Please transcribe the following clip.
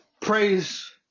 Praise